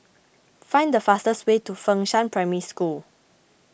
find the fastest way to Fengshan Primary School